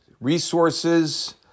resources